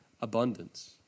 abundance